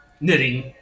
Knitting